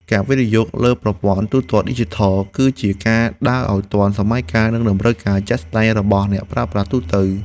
ការវិនិយោគលើប្រព័ន្ធទូទាត់ឌីជីថល គឺជាការដើរឱ្យទាន់សម័យកាលនិងតម្រូវការជាក់ស្ដែងរបស់អ្នកប្រើប្រាស់ទូទៅ។